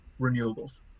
Renewables